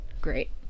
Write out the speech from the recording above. great